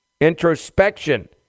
introspection